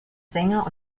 sänger